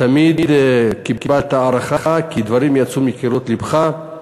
תמיד קיבלת הערכה, כי דברים יצאו מקירות לבך,